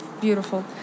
Beautiful